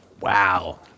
wow